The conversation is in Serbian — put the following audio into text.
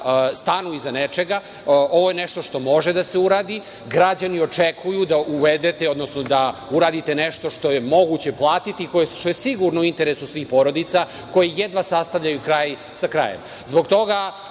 stanu iza nečega. Ovo je nešto što može da se uradi. Građani očekuju da uvedete, odnosno da uradite nešto što je moguće platiti i što je sigurno u interesu porodica, koje jedva sastavljaju kraj sa krajem. Zbog